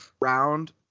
round